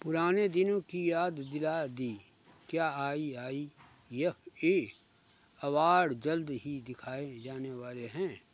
पुराने दिनों की याद दिला दी क्या I I F A award जल्द ही दिखाए जाने वाले हैं